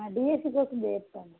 DSC కోసం చేస్తాను